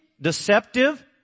deceptive